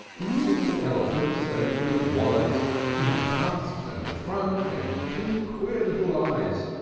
e was an elephant, stately and wise he had tusks and a trunk, and two queer little eyes.